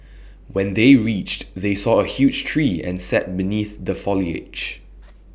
when they reached they saw A huge tree and sat beneath the foliage